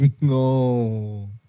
No